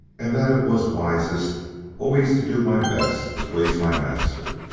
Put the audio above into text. and that it was wisest always to do my best to please my master.